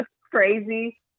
crazy